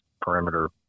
perimeter